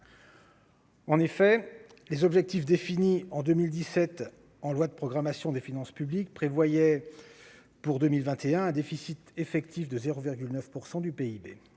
». Les objectifs définis en 2017 en loi de programmation des finances publiques prévoyaient pour 2021 un déficit effectif de 0,9 % du PIB.